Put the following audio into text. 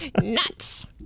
Nuts